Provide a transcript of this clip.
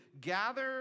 gather